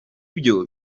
byo